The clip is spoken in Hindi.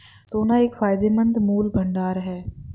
सोना एक फायदेमंद मूल्य का भंडार है